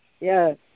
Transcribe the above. Yes